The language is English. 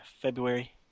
February